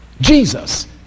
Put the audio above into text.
Jesus